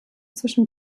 zwischen